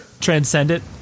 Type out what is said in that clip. Transcendent